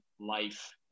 life